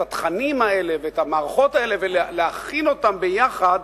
את התכנים האלה ואת המערכות האלה ולהכין אותם ביחד